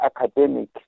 academic